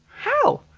how?